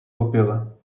popular